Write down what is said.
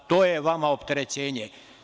To je vama opterećenje.